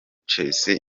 chelsea